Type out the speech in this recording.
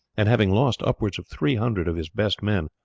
and having lost upwards of three hundred of his best men,